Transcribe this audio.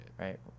Right